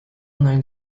known